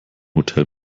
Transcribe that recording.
hotel